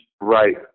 right